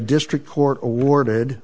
district court awarded